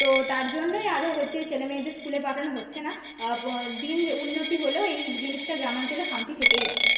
তো তার জন্যই আরও হচ্ছে ছেলে মেয়েদের স্কুলে পাঠানো হচ্ছে না দিন উন্নতি হলেও এই জিনিসটা গ্রামাঞ্চলে খামতি থেকেই আছে